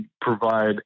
provide